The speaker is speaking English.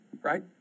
Right